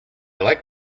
like